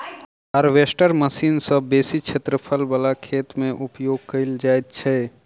harvester machine सॅ बेसी क्षेत्रफल बला खेत मे उपयोग कयल जाइत छै